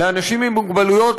לאנשים עם מוגבלות,